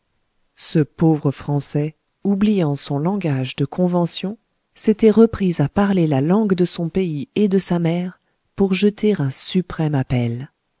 ce pauvre français oubliant son langage de convention s'était repris à parler la langue de son pays et de sa mère pour jeter un suprême appel